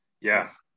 yes